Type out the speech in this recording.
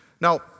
Now